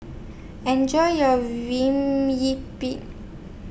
Enjoy your